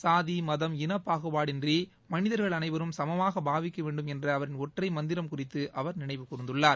சாதி மதம் இன பாகுபாடின்றி மனிதர்கள் அனைவரையும் சமமாக பாவிக்க வேண்டும் என்ற அவரின் ஒற்றை மந்திரம் குறித்து அவர் நினைவுக் கூர்ந்துள்ளார்